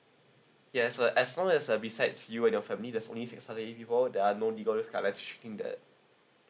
yes uh as long as uh besides you and your family there's only six people there are no are checking that